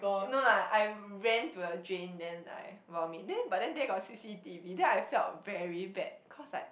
no lah I ran to the drain then I vomit then but then there got C_C_T_V then I felt very bad cause like